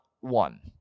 one